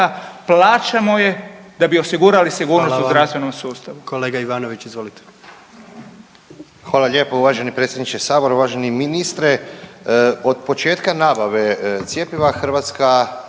plaćamo je da bi osigurali sigurnost u zdravstvenom sustavu. **Jandroković, Gordan